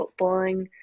footballing